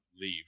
leave